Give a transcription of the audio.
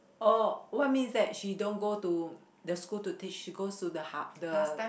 oh what means that she don't go to the school to teach go to the hub the